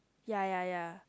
ya ya ya